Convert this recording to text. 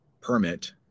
permit